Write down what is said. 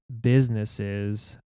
businesses